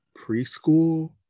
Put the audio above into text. preschool